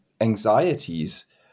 anxieties